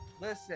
listen